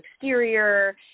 exterior